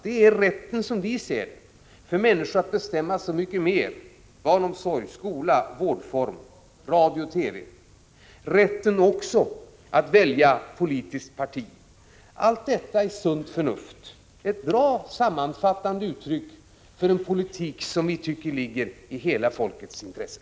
Det är, som vi ser det, rätten för människor att bestämma så mycket mer — barnomsorg, skola, vårdform, radio och TV — och också rätten att välja politiskt parti. Allt detta är sunt förnuft. Det är ett bra sammanfattande uttryck för en politik som vi tycker ligger i hela folkets intresse.